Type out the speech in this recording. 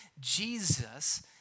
Jesus